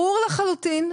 ברור לחלוטין,